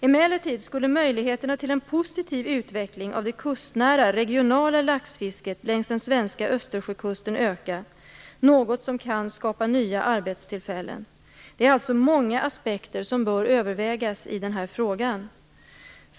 Emellertid skulle möjligheterna till en positiv utveckling av det kustnära regionala laxfisket längs den svenska östersjökusten öka, något som kan skapa nya arbetstillfällen. Det är alltså många aspekter som bör övervägas i den här frågan.